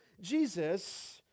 Jesus